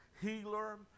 Healer